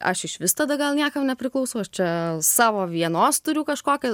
aš išvis tada gal niekam nepriklausau aš čia savo vienos turiu kažkokią